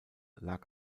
lag